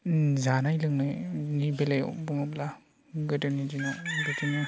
जानाय लोंनायनि बेलायाव बुङोब्ला गोदोनि दिनाव बिदिनो